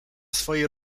swojej